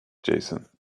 jason